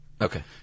Okay